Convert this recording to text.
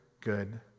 good